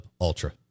Ultra